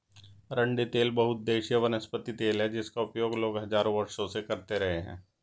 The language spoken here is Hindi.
अरंडी तेल बहुउद्देशीय वनस्पति तेल है जिसका उपयोग लोग हजारों वर्षों से करते रहे हैं